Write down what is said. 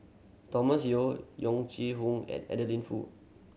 Thomas Yeo Yong Hoong and Adeline Foo